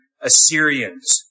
Assyrians